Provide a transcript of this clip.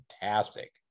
fantastic